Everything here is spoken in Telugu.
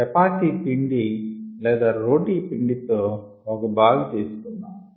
చపాతి పిండి లేదా రోటీ పిండి తో ఒక బాల్ తీసుకుందాము